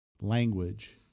language